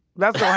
that's going